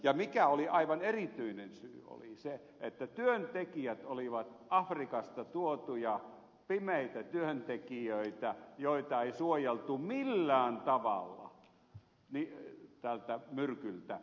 ja mikä oli aivan erityinen syy oli se että työntekijät olivat afrikasta tuotuja pimeitä työntekijöitä joita ei suojeltu millään tavalla tältä myrkyltä